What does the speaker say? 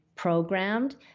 programmed